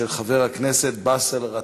של חבר הכנסת באסל גטאס.